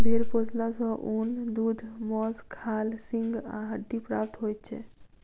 भेंड़ पोसला सॅ ऊन, दूध, मौंस, खाल, सींग आ हड्डी प्राप्त होइत छै